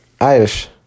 Irish